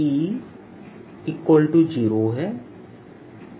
E0है